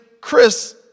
Chris